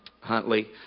Huntley